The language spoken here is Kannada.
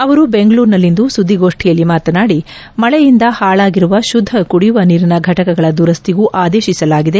ಅವರು ಬೆಂಗಳೂರಿನಲ್ಲಿಂದು ಸುದ್ದಿಗೋಷ್ಠಿಯಲ್ಲಿ ಮಾತನಾಡಿ ಮಳೆಯಿಂದ ಹಾಳಾಗಿರುವ ಶುದ್ದ ಕುಡಿಯುವ ನೀರಿನ ಫಟಕಗಳ ದುರಸ್ತಿಗೂ ಆದೇಶಿಸಲಾಗಿದೆ